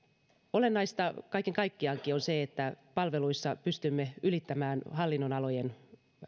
olennaista kaiken kaikkiaankin on se että palveluissa pystymme ylittämään hallinnonalojen